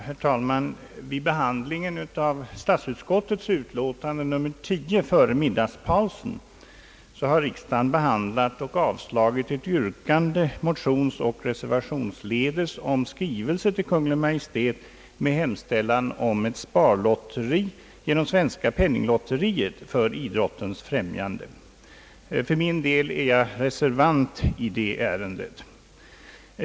Herr talman! Vid behandlingen av statsutskottets utlåtande nr 10 före middagspausen avslog riksdagen ett motionsoch reservationsledes framfört yrkande om skrivelse till Kungl. Maj:t med hemställan om ett sparlotteri genom Svenska penninglotteriet för idrottens främjande. För min del var jag reservant i detta ärende.